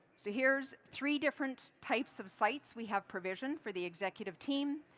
so here is three different types of sites. we have provisioned for the executive team.